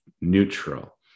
neutral